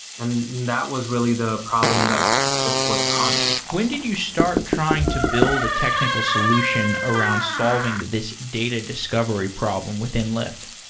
and that was really the problem that this was causing when did you start trying to build a technical solution around solving this data discovery problem within lyft?